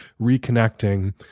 reconnecting